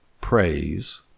praise